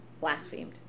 blasphemed